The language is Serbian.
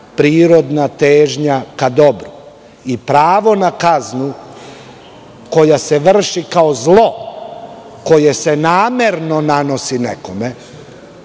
prirodna težnja ka dobru. Pravo na kaznu, koje se vrši kao zlo, koje se namerno nekome